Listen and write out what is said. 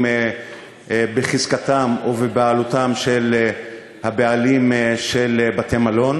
בחזקתם ובבעלותם של הבעלים של בתי-מלון.